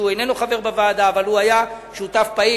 שאיננו חבר בוועדה אבל הוא שותף פעיל,